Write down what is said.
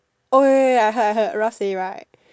oh wait wait wait wait I heard I heard Ralph say right